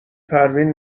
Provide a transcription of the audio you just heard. پروین